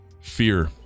Fear